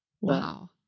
wow